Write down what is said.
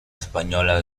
española